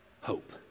hope